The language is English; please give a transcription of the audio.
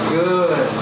good